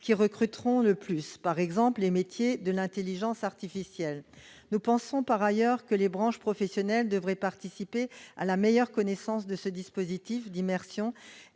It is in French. qui recruteront le plus, par exemple, les métiers de l'intelligence artificielle. Nous pensons, par ailleurs, que les branches professionnelles devraient oeuvrer à une meilleure connaissance de ce dispositif d'immersion,